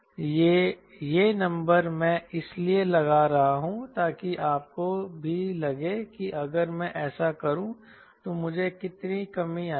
ये ये नंबर मैं इसलिए लगा रहा हूं ताकि आपको भी लगे कि अगर मैं ऐसा करूं तो मुझे कितनी कमी आएगी